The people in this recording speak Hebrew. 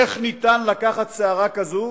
איך ניתן לקחת סערה כזאת